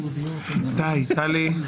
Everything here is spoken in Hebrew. די, טלי.